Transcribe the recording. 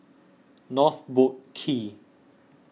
North Boat Quay